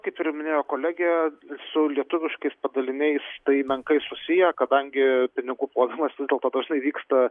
kaip ir minėjo kolegė su lietuviškais padaliniais tai menkai susiję kadangi pinigų plovimas paprastai vyksta